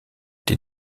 die